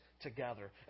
together